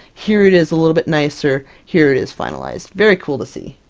here it is a little bit nicer, here it is finalized! very cool to see!